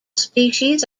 species